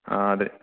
ആ അതെ